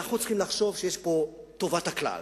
ואנחנו צריכים לחשוב שיש פה טובת הכלל,